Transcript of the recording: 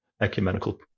ecumenical